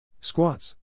Squats